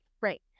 Right